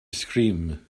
scream